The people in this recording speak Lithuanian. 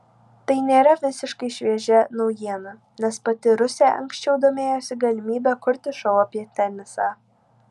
tai nėra visiškai šviežia naujiena nes pati rusė anksčiau domėjosi galimybe kurti šou apie tenisą